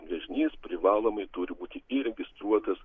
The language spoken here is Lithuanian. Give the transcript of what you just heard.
gręžinys privalomai turi būti įregistruotas